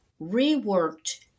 reworked